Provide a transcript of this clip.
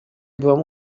byłam